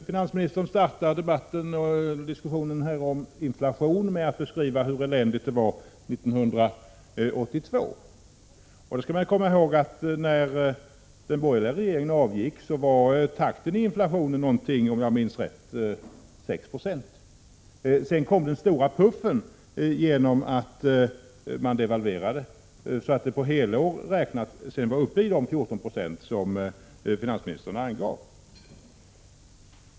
Finansministern startade debatten om inflation med att beskriva hur eländigt det var 1982. Då skall man komma ihåg att när den borgerliga regeringen avgick var takten i inflationen, om jag minns rätt, någonting på 6 20. Sedan kom den stora puffen genom att man devalverade, så att inflationen på helår räknat var uppe i de 14 26 som finansministern angav.